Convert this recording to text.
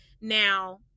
now